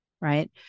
right